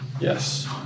Yes